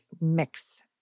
mix